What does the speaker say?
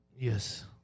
Yes